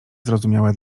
zrozumiałe